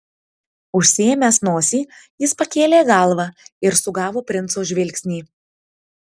užsiėmęs nosį jis pakėlė galvą ir sugavo princo žvilgsnį